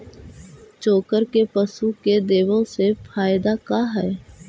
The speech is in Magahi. चोकर के पशु के देबौ से फायदा का है?